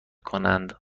کنند